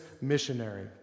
missionary